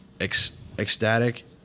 ecstatic